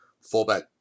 Fullback